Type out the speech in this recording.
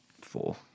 four